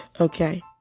Okay